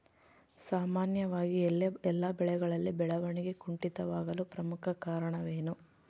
ಸಾಮಾನ್ಯವಾಗಿ ಎಲ್ಲ ಬೆಳೆಗಳಲ್ಲಿ ಬೆಳವಣಿಗೆ ಕುಂಠಿತವಾಗಲು ಪ್ರಮುಖ ಕಾರಣವೇನು?